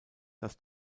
dass